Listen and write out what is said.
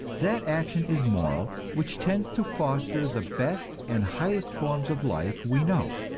that action is moral which tends to foster the best and highest forms of life we know,